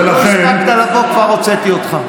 לא הספקת לבוא כבר הוצאתי אותך.